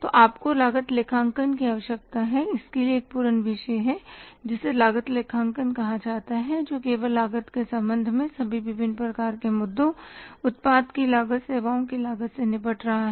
तो आपको लागत लेखांकन की आवश्यकता है इसके लिए एक पूर्ण विषय है जिसे लागत लेखांकन कहा जाता है जो केवल लागत के संबंध में सभी विभिन्न प्रकार के मुद्दों उत्पाद की लागत सेवाओं की लागत से निपट रहा है